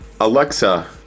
Alexa